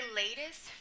latest